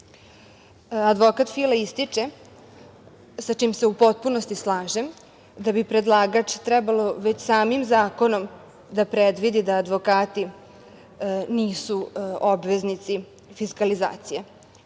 promet. Advokat Fila ističe, sa čime se u potpunosti slažem, da bi predlagač trebalo već samim zakonom da predvidi da advokati nisu obveznici fiskalizacije.